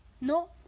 no